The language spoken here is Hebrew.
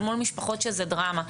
אל מול משפחות שזה דרמה.